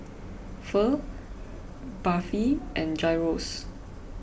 Pho Barfi and Gyros